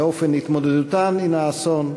באופן התמודדותן עם האסון,